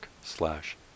slash